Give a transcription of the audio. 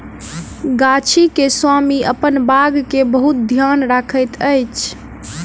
गाछी के स्वामी अपन बाग के बहुत ध्यान रखैत अछि